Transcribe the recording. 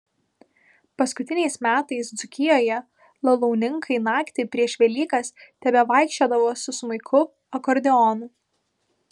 paskutiniais metais dzūkijoje lalauninkai naktį prieš velykas tebevaikščiodavo su smuiku akordeonu